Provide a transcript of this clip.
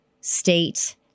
state